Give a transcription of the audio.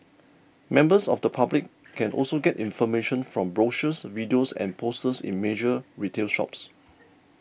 members of the public can also get information from brochures videos and posters in major retail shops